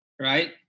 Right